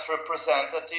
representative